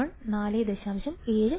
3k R1 4